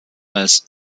als